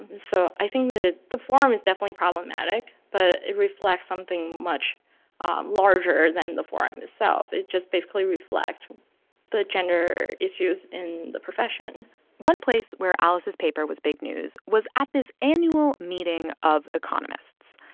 and so i think that the forum is definitely problematic, but it reflects something much larger than the forum itself. it just basically reflects the gender issues in the profession one place where alice's paper was big news was at this annual meeting of economists,